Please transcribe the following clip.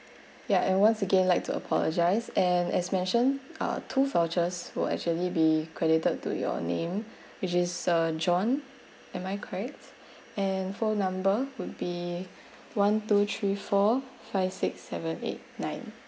ya and once again like to apologize and as mention ah two vouchers will actually be credited to your name which is sir john am I correct and phone number would be one two three four five six seven eight nine